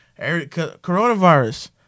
coronavirus